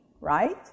right